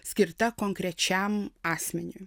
skirta konkrečiam asmeniui